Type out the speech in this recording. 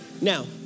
Now